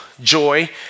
joy